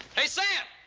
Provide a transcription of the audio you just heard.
hey, sam!